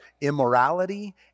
immorality